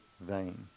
vain